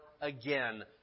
again